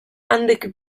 handik